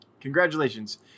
Congratulations